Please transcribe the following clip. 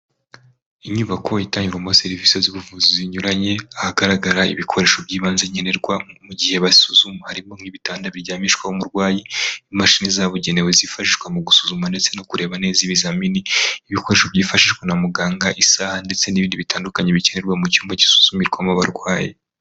Inyubako itangirwamo serivisi z'ubuvuzi zinyuranye. Ahagaragara ibikoresho by'ibanze nkenerwa , mu gihe basuzuma . Harimo nk'ibitanda biryamishwaho umurwayi , imashini zabugenewe zifashishwa mu gusuzuma ndetse no kureba neza ibizamini . Ibikoresho byifashishwa na muganga ; isaha ndetse n'ibindi bitandukanye bikenerwa mu cyumba gisuzumirwamo abarwayi .